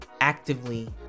actively